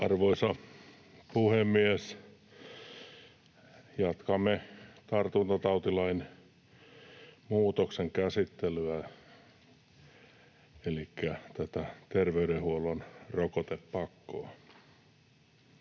Arvoisa puhemies! Jatkamme tartuntatautilain muutoksen elikkä tämän terveydenhuollon rokotepakon